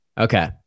okay